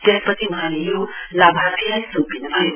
त्यसपछि वहाँले यो लाभार्थीलाई सम्पिनुभयो